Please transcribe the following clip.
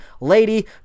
lady